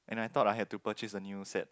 and I thought I had to purchase a new set